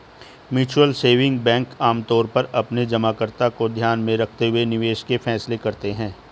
mutual saving bank आमतौर पर अपने जमाकर्ताओं को ध्यान में रखते हुए निवेश के फैसले करते हैं